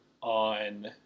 on